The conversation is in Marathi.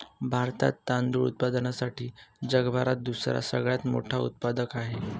भारतात तांदूळ उत्पादनासाठी जगभरात दुसरा सगळ्यात मोठा उत्पादक आहे